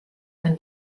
ein